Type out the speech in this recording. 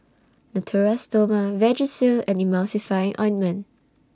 Natura Stoma Vagisil and Emulsying Ointment